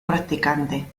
practicante